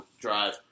drive